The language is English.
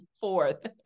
Fourth